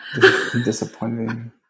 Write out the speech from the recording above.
Disappointing